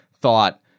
thought